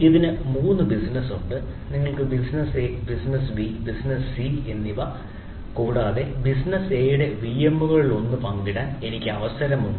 ഇതിന് 3 ബിസിനസ്സുണ്ട് നിങ്ങൾക്ക് ബിസിനസ്സ് എ ബിസിനസ് ബി ബിസിനസ് സി എന്നിവ കൂടാതെ ബിസിനസ്സ് എ യുടെ വിഎമ്മുകളിലൊന്ന് പങ്കിടാൻ എനിക്ക് അവസരമുണ്ട്